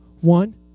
one